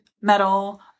metal